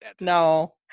No